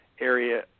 area